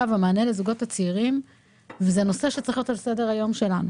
והמענה לזוגות הצעירים וזה נושא שצריך להיות על סדר היום שלנו.